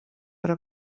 però